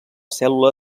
cèl·lula